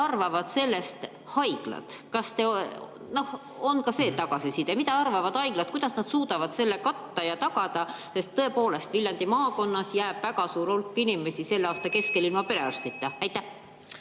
arvavad sellest haiglad? Kas teil on ka see tagasiside, mida arvavad haiglad, kuidas nad suudavad seda [vajadust] katta ja tagada? Tõepoolest, Viljandi maakonnas jääb väga suur hulk inimesi selle aasta keskel ilma perearstita. Suur